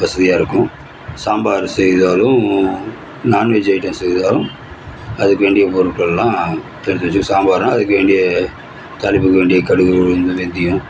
வசதியாக இருக்கும் சாம்பார் செய்தாலும் நான் வெஜ் அயிட்டம் செய்தாலும் அதுக்கு வேண்டிய பொருள்ட்கள்லாம் எடுத்துவச்சு சாம்பாரும் அதுக்கு வேண்டிய தாளிப்பு வேண்டிய கடுகு உளுந்து வெந்தியம்